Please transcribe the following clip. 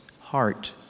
heart